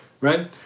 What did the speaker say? right